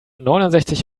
neunundsechzig